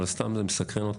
אבל סתם זה מסקרן אותי.